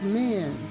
men